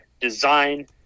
design